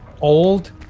old